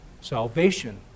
Salvation